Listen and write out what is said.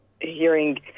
hearing